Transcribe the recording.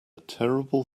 terrible